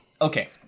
Okay